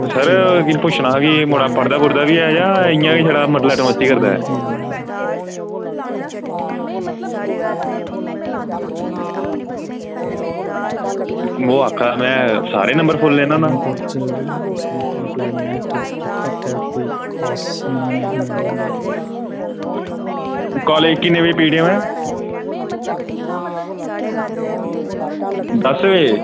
sir पुच्छनां हा कि मुड़ा पढ़दा पुढ़दा बी ऐ जां इयां गै लटरमस्ती करदा ऐ ओह् आक्खा दा हा में सारा नंबर फुल्ल लैन्नां होनां कालेज़ किन्नें बज़े पुज्जदे दस बज़े